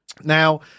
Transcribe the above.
Now